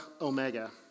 omega